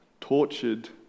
tortured